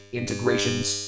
integrations